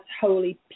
holy